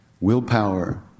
willpower